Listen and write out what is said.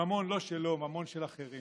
ממון לא שלו, ממון של אחרים.